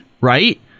right